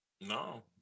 No